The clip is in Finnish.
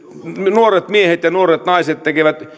nuoret miehet ja nuoret naiset tekevät